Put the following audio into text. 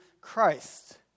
Christ